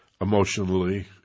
emotionally